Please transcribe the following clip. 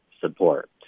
support